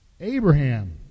Abraham